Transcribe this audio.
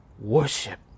Worship